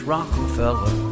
Rockefeller